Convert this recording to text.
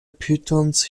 pythons